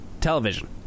television